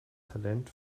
talent